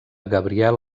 gabriel